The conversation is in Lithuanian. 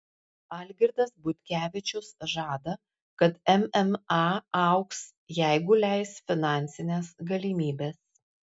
algirdas butkevičius žada kad mma augs jeigu leis finansinės galimybės